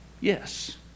yes